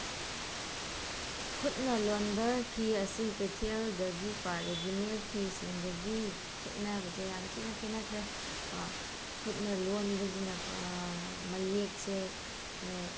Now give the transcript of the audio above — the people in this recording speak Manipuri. ꯈꯨꯠꯅ ꯂꯣꯟꯕ ꯐꯤ ꯑꯁꯤ ꯀꯩꯊꯦꯜꯗꯒꯤꯀꯣ ꯔꯦꯗꯤꯃꯦꯠ ꯐꯤꯁꯤꯡꯗꯒꯤ ꯈꯦꯠꯅꯕꯁꯦ ꯌꯥꯝ ꯊꯤꯅ ꯈꯦꯠꯅꯈ꯭ꯔꯦ ꯀꯣ ꯈꯨꯠꯅ ꯂꯣꯟꯕꯁꯤꯅ ꯃꯌꯦꯛꯁꯦ